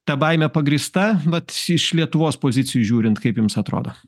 ta baimė pagrįsta vat iš lietuvos pozicijų žiūrint kaip jums atrodo